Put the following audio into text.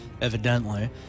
evidently